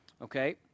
Okay